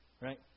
right